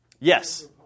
Yes